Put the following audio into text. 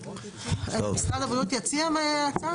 אז משרד הבריאות יציע הצעה?